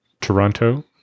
Toronto